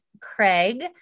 Craig